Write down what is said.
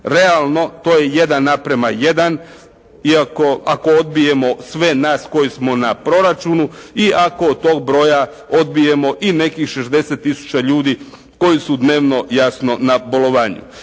Realno to je 1:1 iako, ako odbijemo sve nas koji smo na proračunu i ako od tog broja odbijemo i nekih 60 tisuća ljudi koji su dnevno jasno na bolovanju.